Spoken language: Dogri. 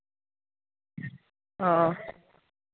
हां